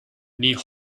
near